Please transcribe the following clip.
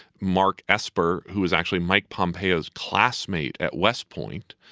mark esper, who is actually mike pompeo, his classmate at west point,